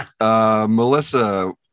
Melissa